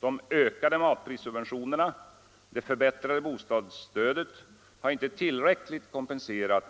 De ökade matprissubventionerna och det förbättrade bostadsstödet har inte tillräckligt kompenserat